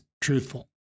truthful